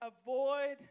avoid